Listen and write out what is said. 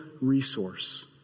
resource